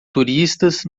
turistas